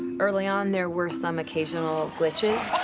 early on, there were some occasional glitches.